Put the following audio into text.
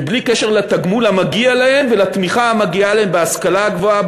ובלי קשר לתגמול המגיע להם ולתמיכה המגיעה להם בהשכלה הגבוהה,